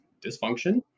dysfunction